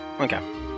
okay